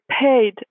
paid